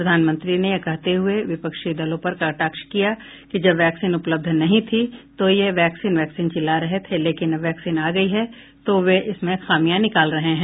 प्रधानमंत्री ने यह कहते हुए विपक्षी दलों पर कटाक्ष किया कि जब वैक्सीन उपलब्ध नहीं थी तो ये वैक्सीन वैक्सीन चिल्ला रहे थे लेकिन अब वैक्सीन आ गई है तो वे इनमें खामियां निकाल रहे हैं